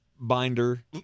Binder